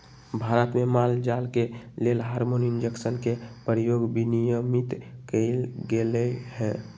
भारत में माल जाल के लेल हार्मोन इंजेक्शन के प्रयोग विनियमित कएल गेलई ह